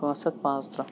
پانژھ ہَتھ پانٛژترٕٛہ